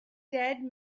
dead